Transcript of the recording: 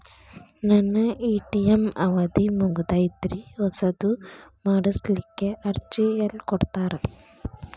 ನನ್ನ ಎ.ಟಿ.ಎಂ ಅವಧಿ ಮುಗದೈತ್ರಿ ಹೊಸದು ಮಾಡಸಲಿಕ್ಕೆ ಅರ್ಜಿ ಎಲ್ಲ ಕೊಡತಾರ?